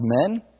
men